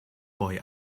boy